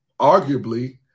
arguably